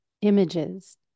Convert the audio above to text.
images